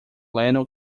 llano